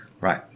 Right